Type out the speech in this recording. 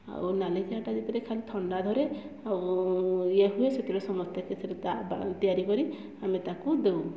ଆଉ ନାଲି ଚା ଟା ଯେତେବେଳେ ଥଣ୍ଡା ଧରେ ଆଉ ଇଏ ହୁଏ ସେତବେଳେ ସମସ୍ତେ ତା ବା ତିଆରି କରି ଆମେ ତାକୁ ଦେଉ